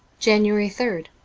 january third